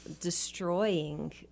destroying